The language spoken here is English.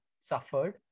suffered